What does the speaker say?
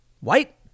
white